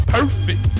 Perfect